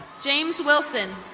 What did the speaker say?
james wilson.